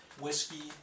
Whiskey